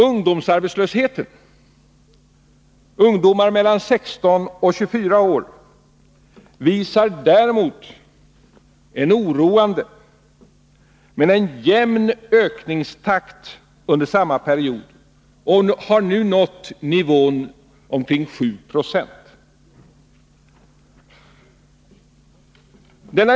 Ungdomsarbetslösheten — det gäller då ungdomar mellan 16 och 24 år — visar däremot en oroande men jämn ökningstakt under samma period och har nu nått upp till en nivå av omkring 7 9o.